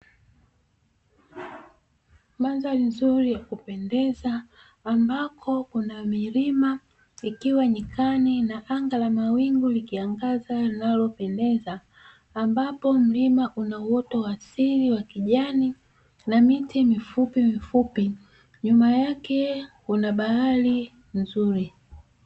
Mandhari nzuri ya kupendeza ambako kuna milima ikiwa nyikani na anga la mawingu likiangaza linalopendeza, ambapo mlima una uoto wa asili wa kijani na miti mifupimifupi, nyuma yake kuna bahari nzuri.